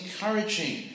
encouraging